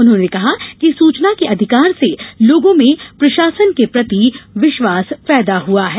उन्होंने कहा कि सूचना के अधिकार से लोगों में प्रशासन के प्रति विश्वास पैदा हुआ है